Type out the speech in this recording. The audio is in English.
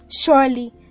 Surely